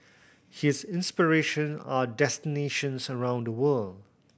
his inspiration are destinations around the world